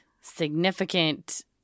significant